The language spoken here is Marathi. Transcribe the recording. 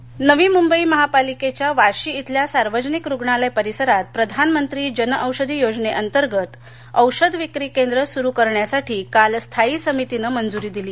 औषधं नवी मुंबई महापालिकेच्या वाशी इथल्या सार्वजनिक रूग्णालय परिसरात प्रधानमंत्री जनऔषधी योजनेअंतर्गत औषध विक्री केंद्र सुरू करण्यासाठी काल स्थायी समितीने मंजुरी दिली